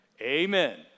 Amen